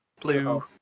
Blue